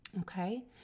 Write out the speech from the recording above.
okay